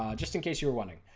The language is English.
ah just in case you were wondering.